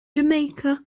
jamaica